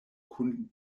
kun